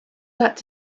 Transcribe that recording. that